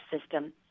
system